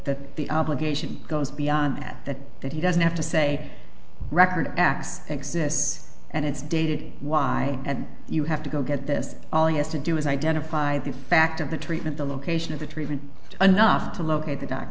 that the obligation goes beyond that that that he doesn't have to say record x exists and it's dated y and you have to go get this all has to do is identify the fact of the treatment the location of the treatment anough to look at the doc